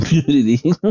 community